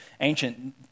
ancient